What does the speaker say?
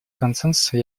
консенсуса